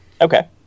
Okay